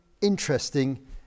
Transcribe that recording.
interesting